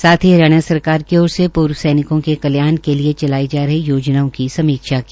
साथ ही हरियाणा सरकार की ओर से पर्व सैनिकों के कल्याण के लिए चलाई जा रही योजनाओं की समीक्षा की